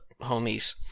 homies